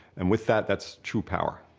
and with that, that's true power.